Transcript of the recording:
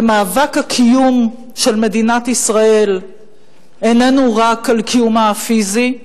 ומאבק הקיום של מדינת ישראל איננו רק על קיומה הפיזי,